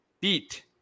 beat